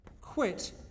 quit